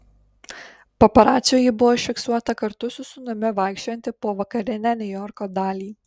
paparacių ji buvo užfiksuota kartu su sūnumi vaikščiojanti po vakarinę niujorko dalį